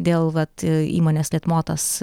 dėl vat įmonės litmotas